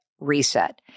reset